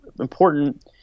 important